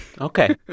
okay